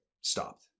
stopped